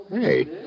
Hey